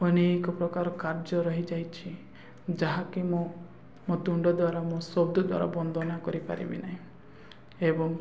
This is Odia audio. ଅନେକ ପ୍ରକାର କାର୍ଯ୍ୟ ରହିଯାଇଛି ଯାହାକି ମୁଁ ମୋ ତୁଣ୍ଡ ଦ୍ୱାରା ମୋ ଶବ୍ଦ ଦ୍ୱାରା ବନ୍ଦନା କରିପାରିବି ନାହିଁ ଏବଂ